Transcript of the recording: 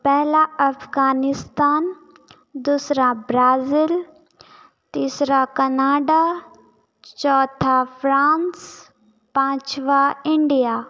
पहला अफ़ग़ानिस्तान दूसरा ब्राज़ील तीसरा कनाडा चौथा फ्रांस पाँचवाँ इंडिया